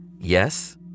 Yes